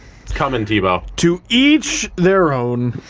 it's coming, tebow. to each their own.